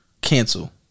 cancel